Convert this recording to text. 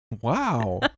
Wow